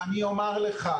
לצורך העניין,